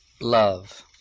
love